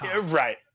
right